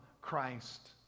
Christ